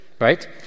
right